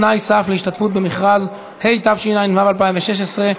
תנאי סף להשתתפות במכרז), התשע"ו 2016,